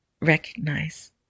recognize